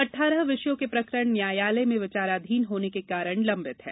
अठारह विषयों के प्रकरण न्यायालय में विचाराधीन होने के कारण लंबित हैं